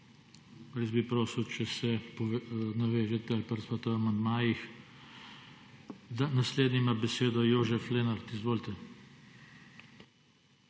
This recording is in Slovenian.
Jaz bi prosil, če se navežete, smo pri amandmajih. Naslednji ima besedo Jožef Lenart, izvolite.